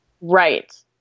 Right